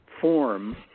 form